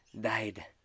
died